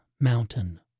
Mountain